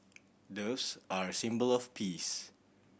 doves are a symbol of peace